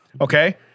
Okay